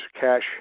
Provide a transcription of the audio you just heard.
cash